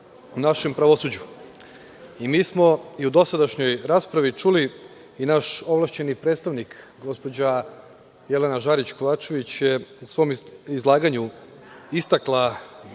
u našem pravosuđu. Mi smo i u dosadašnjoj raspravi čuli… Naš ovlašćeni predstavnik, gospođa Jelena Žarić Kovačević, je u svom izlaganju istakla